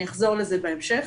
אני אחזור לזה בהמשך.